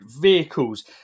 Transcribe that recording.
vehicles